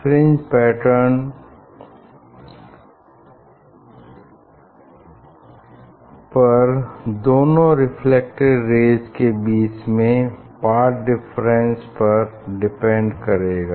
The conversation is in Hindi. फ्रिंज पैटर्न इन दोनों रेफ्लेक्टेड रेज़ के बीच के पाथ डिफरेंस पर डिपेंड करेगा